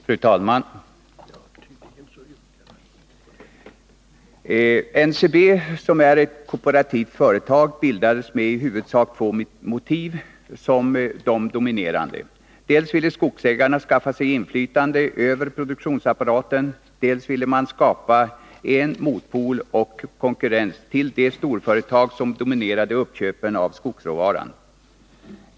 Fru talman! NCB, som är ett kooperativt företag, bildades med i huvudsak två motiv som de dominerande. Dels ville skogsägarna skaffa sig inflytande över produktionsapparaten, dels ville man skapa en motpol och konkurrent till de storföretag som dominerade uppköpen av skogsråvaran.